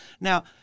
now